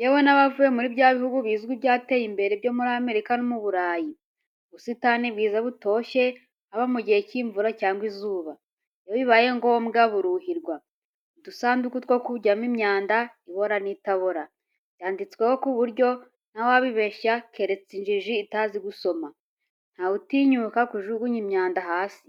yewe n'abavuye muri bya bihugu bizwi byateye imbere byo muri Amerika no mu Burayi. Ubusitani bwiza butoshye haba mu gihe cy'imvura cyangwa icy'izuba, iyo bibaye ngombwa buruhirwa. Udusanduku two kujunyamo imyanda ibora n'itabora, byanditseho ku buryo ntawakwibeshya keretse injiji itazi gusoma, ntawe utinyuka kujugunya imyanda hasi.